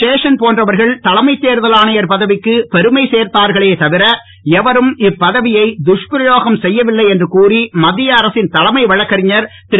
சேஷன் போன்றவர்கள் தலைமைத் தேர்தல் ஆணையர் பதவிக்கு பெருமை சேர்ந்தார்களே தவிர எவரும் இப்பதவியை துஷ்பிரயோகம் செய்யவில்லை என்று கூறி மத்திய அரசின் தலைமை வழக்கறிஞர் திரு